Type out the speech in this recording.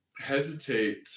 hesitate